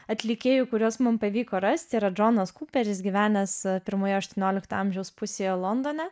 atlikėjų kuriuos mum pavyko rasti yra džonas kuperis gyvenęs pirmoje aštuoniolikto amžiaus pusėje londone